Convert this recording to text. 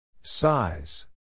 Size